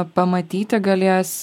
pamatyti galės